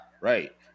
right